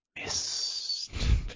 miss